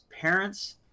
parents